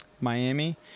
Miami